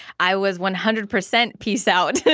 i was one hundred percent peace out.